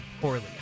poorly